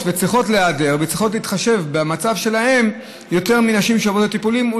וצריכות להיעדר וצריך להתחשב במצב שלהן יותר מנשים שעוברות טיפולים.